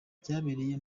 byabereye